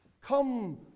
Come